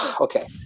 okay